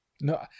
No